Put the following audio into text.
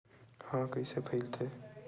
ह कइसे फैलथे?